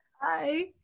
Hi